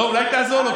אולי תעזור לו,